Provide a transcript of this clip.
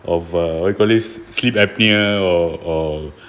of uh what you called this sleep apnea or or